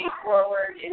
forward